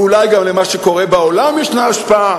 ואולי גם למה שקורה בעולם יש השפעה.